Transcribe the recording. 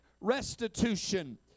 restitution